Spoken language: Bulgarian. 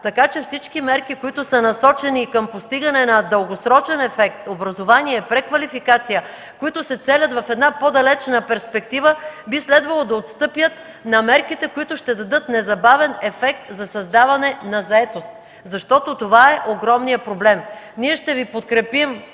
Така че всички мерки, които са насочени към постигане на дългосрочен ефект в образование и преквалификация, които се целят в една по-далечна перспектива, би следвало да отстъпят на мерките, които ще дадат незабавен ефект за създаване на заетост. Защото това е огромният проблем. Ние ще Ви подкрепим